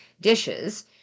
dishes